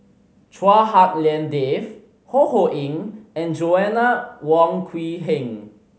Chua Hak Lien Dave Ho Ho Ying and Joanna Wong Quee Heng